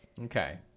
Okay